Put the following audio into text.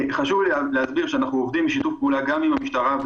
חשוב לי להסביר שאנחנו עובדים בשיתוף פעולה גם עם הפרקליטות,